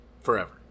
Forever